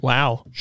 Wow